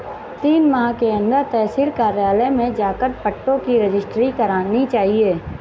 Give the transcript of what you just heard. तीन माह के अंदर तहसील कार्यालय में जाकर पट्टों की रजिस्ट्री करानी चाहिए